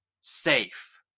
safe